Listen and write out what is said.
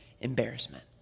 embarrassment